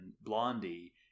blondie